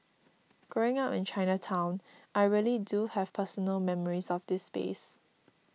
growing up in Chinatown I really do have personal memories of this space